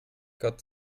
gott